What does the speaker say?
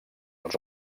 els